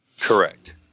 Correct